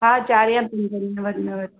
हा चार या पंज ॾींहं वधि में वधि